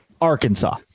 Arkansas